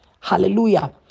Hallelujah